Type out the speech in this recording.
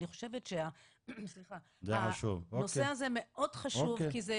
אני חושבת שהנושא הזה מאוד חשוב כי זה